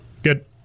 Good